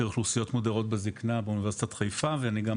אוכלוסיות מודרות בזקנה באוניברסיטת חיפה ואני גם